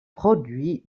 produit